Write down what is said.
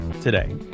today